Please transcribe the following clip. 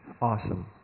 Awesome